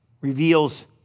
reveals